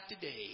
today